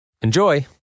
Enjoy